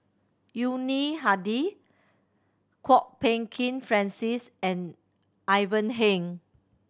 Yuni Hadi Kwok Peng Kin Francis and Ivan Heng